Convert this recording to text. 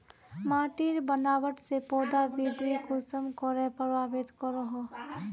माटिर बनावट से पौधा वृद्धि कुसम करे प्रभावित करो हो?